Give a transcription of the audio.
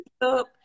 up